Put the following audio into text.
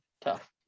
Tough